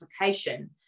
application